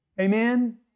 amen